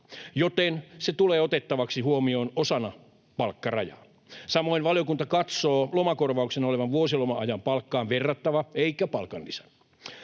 joten se tulee otettavaksi huomioon osana palkkarajaa. Samoin valiokunta katsoo lomakorvauksen olevan vuosiloma-ajan palkkaan verrattava eikä palkanlisä.